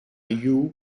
you